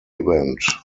event